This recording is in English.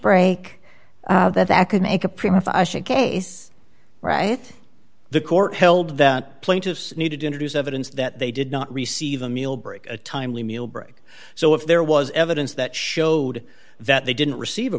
break that that could make a prima fascia case right the court held that plaintiffs need to introduce evidence that they did not receive a meal break a timely meal break so if there was evidence that showed that they didn't receive a